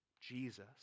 Jesus